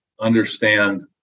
understand